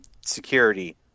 security